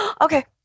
Okay